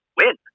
win